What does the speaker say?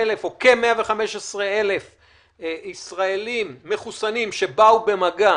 כ-115,000 ישראליים מחוסנים שבאו במגע